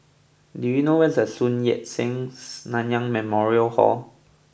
do you know where is Sun Yat Sen Nanyang Memorial Hall